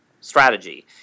strategy